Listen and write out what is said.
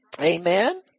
Amen